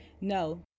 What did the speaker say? no